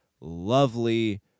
lovely